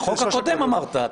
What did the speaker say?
בחוק הקודם אמרת.